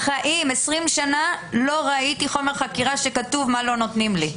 20 שנה לא ראיתי חומר חקירה שכתוב מה לא נותנים לי.